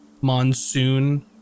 monsoon